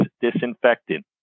disinfectant